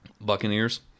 Buccaneers